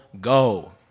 go